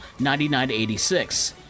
99-86